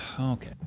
Okay